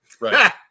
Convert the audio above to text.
Right